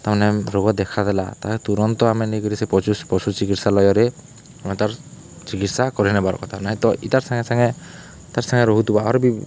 ତା'ମାନେ ରୋଗ ଦେଖାଦେଲା ତାକେ ତୁରନ୍ତ ଆେ ନେଇକିରି ସେ ପଶୁ ଚିକିତ୍ସାଲୟରେ ଆମେ ତାର୍ ଚିକିତ୍ସା କରେଇ ନେବାର୍ କଥା ନାଇଁ ତ ଇତାର୍ ସାଙ୍ଗେ ସାଙ୍ଗେ ତାର୍ ସାଙ୍ଗେ ରହୁଥିବା ଆର୍ ବି